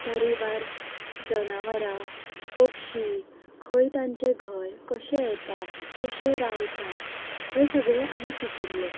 तरेवार जनावरां पक्षी खंय तांचें घर कशे येता कशे रावता हें सगळें आमी शिकिल्ले